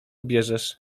bierzesz